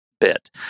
bit